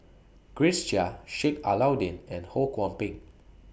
Grace Chia Sheik Alau'ddin and Ho Kwon Ping